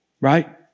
right